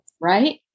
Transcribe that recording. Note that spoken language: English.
right